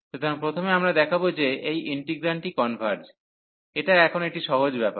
সুতরাং প্রথমে আমরা দেখাব যে এই ইন্টিগ্রালটি কনভার্জ এটা এখন একটি সহজ ব্যপার